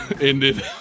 ended